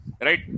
Right